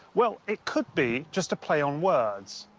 well, it could be just a play on words.